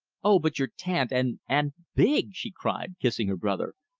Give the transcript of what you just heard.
oh, but you're tanned and and big! she cried, kissing her brother.